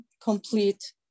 complete